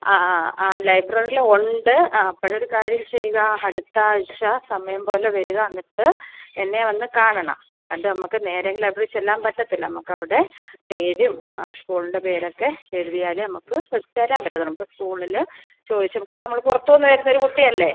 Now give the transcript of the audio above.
ആ ആ ആ ലൈബ്രറീലുണ്ട് ആ അപ്പോഴൊരു കാര്യം ചെയ്യുക അടുത്ത ആഴ്ച്ച സമയം പോലെ വരുക എന്നിട്ട് എന്നെ വന്ന് കാണണം കണ്ട് നമുക്ക് നേരെ എങ്കിൽ ലൈബ്രറി ചെല്ലാൻ പറ്റത്തില്ല നമുക്കവിടെ പേരും സ്കൂൾൻ്റെ പേരക്കെ എഴുതിയാലേ നമുക്ക് തരാൻ പറ്റത്തുള്ളു നമുക്ക് സ്കൂളിൽ ചോദിച്ച് കാരണം നമ്മൾ പുറത്തൂന്ന് വരുന്നൊരു കുട്ടിയല്ലേ